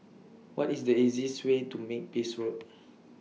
What IS The easiest Way to Makepeace Road